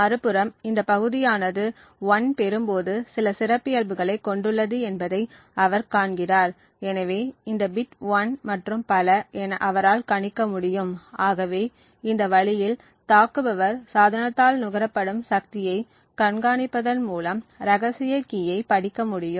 மறுபுறம் இந்த பகுதியானது 1 பெறும் போது சில சிறப்பியல்புகளை கொண்டுள்ளது என்பதை அவர் காண்கிறார் எனவே இந்த பிட் 1 மற்றும் பல என அவரால் கணிக்க முடியும் ஆகவே இந்த வழியில் தாக்குபவர் சாதனத்தால் நுகரப்படும் சக்தியைக் கண்காணிப்பதன் மூலம் ரகசிய கீயை படிக்க முடியும்